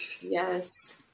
Yes